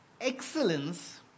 excellence